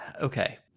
okay